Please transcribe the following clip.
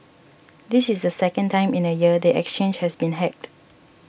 this is the second time in a year the exchange has been hacked